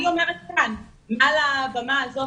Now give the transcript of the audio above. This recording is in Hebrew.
אני אומרת כאן מעל לבמה הזאת,